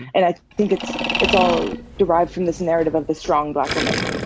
and i think it's it's all derived from this narrative of the strong black woman,